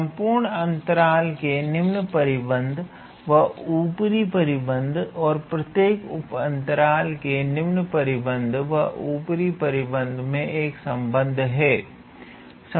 संपूर्ण अंतराल के निम्न परिबद्ध व ऊपरी परिबद्ध और प्रत्येक उप अंतराल के निम्न परिबद्ध व ऊपरी परिबद्ध में एक संबंध है